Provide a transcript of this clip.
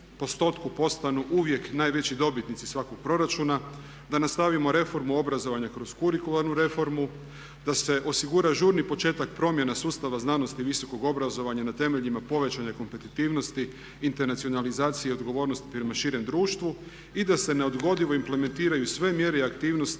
postanu uvijek najveći dobitnici svakog proračuna, da nastavimo reformu obrazovanja kroz kurikularnu reformu, da se osigura žurni početak promjena sustava znanosti i visokog obrazovanja na temeljima povećane kompetitivnosti, internacionalizacije i odgovornosti prema širem društvu i da se neodgodivo implementiraju sve mjere i aktivnosti